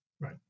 right